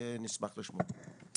נשמח לשמוע אותך.